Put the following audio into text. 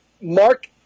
Mark